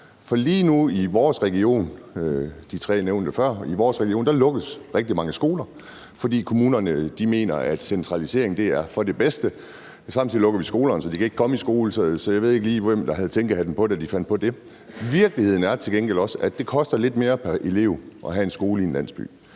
For lige nu lukkes der i vores region rigtig mange skoler, fordi kommunerne mener, at en centralisering er det bedste. Samtidig med at man lukker skolerne, kan børnene ikke komme i skole. Så jeg ved ikke lige, hvem der havde tænkehatten på, da de fandt på det. Virkeligheden er til gengæld også, at det koster lidt mere pr. elev at have en skole i en landsby.